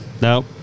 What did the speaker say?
no